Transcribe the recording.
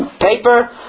paper